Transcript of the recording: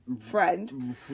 friend